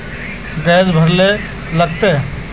Gas भरले की लागत?